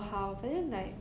mm